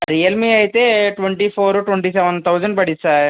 Realme అయితే twenty four twenty seven thousand పడుద్ది sir